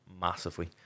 Massively